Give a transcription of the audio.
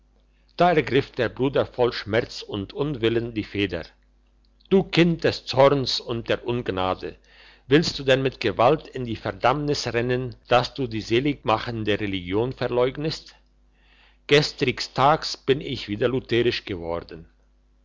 da ergriff der bruder voll schmerz und unwillen die feder du kind des zorns und der ungnade willst du denn mit gewalt in die verdammnis rennen dass du die seligmachende religion verleugnest gestrigs tags bin ich wieder lutherisch worden